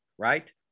Right